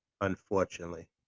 unfortunately